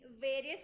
various